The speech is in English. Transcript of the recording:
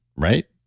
right?